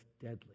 deadly